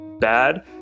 bad